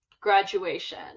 graduation